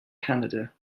canada